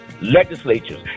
legislatures